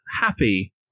happy